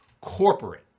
corporate